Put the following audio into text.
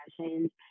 passions